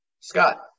Scott